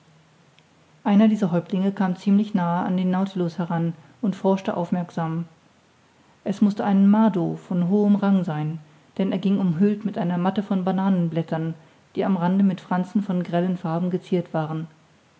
einer dieser häuptlinge kam ziemlich nahe an den nautilus heran und forschte aufmerksam es mußte ein mado von hohem rang sein denn er ging umhüllt mit einer matte von bananenblättern die am rande mit franzen von grellen farben geziert waren